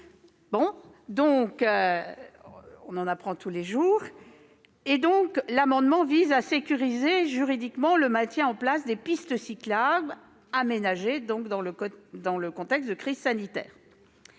Comme quoi, on en apprend tous les jours ! Ces amendements visent à sécuriser juridiquement le maintien en place des pistes cyclables aménagées dans le contexte de crise sanitaire.